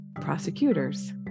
prosecutors